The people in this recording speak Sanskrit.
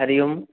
हरिः ओम्